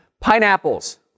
Pineapples